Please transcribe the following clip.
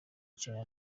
charly